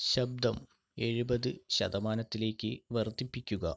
ശബ്ദം എഴുപത് ശതമാനത്തിലേക്ക് വർദ്ധിപ്പിക്കുക